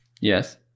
Yes